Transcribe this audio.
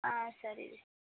ಹಾಂ ಸರಿ ರೀ